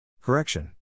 Correction